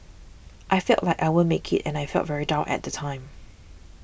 I felt like I won't make it and I felt very down at time